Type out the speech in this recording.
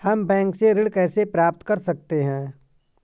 हम बैंक से ऋण कैसे प्राप्त कर सकते हैं?